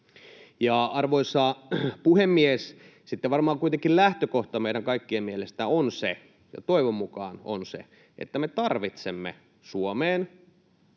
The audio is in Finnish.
Arvoisa puhemies! Sitten varmaan kuitenkin lähtökohta meidän kaikkien mielestä on se — ja toivon mukaan on se — että me tarvitsemme Suomeen